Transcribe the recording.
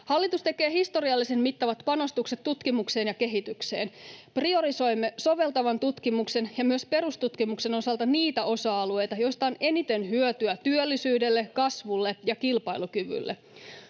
Hallitus tekee historiallisen mittavat panostukset tutkimukseen ja kehitykseen. Priorisoimme soveltavan tutkimuksen ja myös perustutkimuksen osalta niitä osa-alueita, joista on eniten hyötyä työllisyydelle, kasvulle ja kilpailukyvylle.